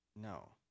No